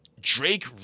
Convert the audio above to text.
Drake